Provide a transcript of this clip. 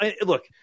Look